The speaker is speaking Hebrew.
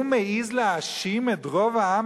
הוא מעז להאשים את רוב העם,